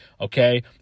Okay